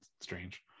strange